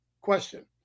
question